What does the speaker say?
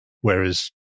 whereas